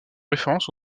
référence